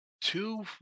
Two